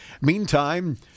Meantime